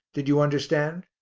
did you understand?